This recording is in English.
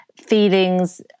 feelings